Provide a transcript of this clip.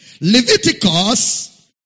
Leviticus